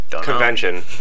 Convention